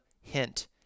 hint